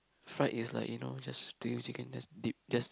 fried is like you know just take the chicken just dip just